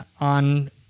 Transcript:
on